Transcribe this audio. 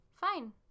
fine